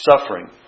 suffering